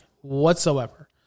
whatsoever